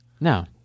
No